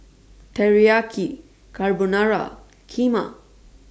Teriyaki Carbonara Kheema